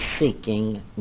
seeking